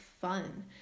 fun